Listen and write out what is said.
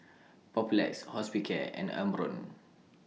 Papulex Hospicare and Omron